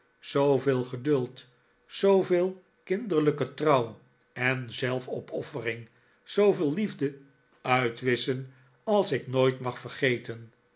zooveel geduld zooveel kinderlijke trouw en zelfopoffering zooveel liefde uitwisschen als ik nooit mag vergeten